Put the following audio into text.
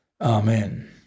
amen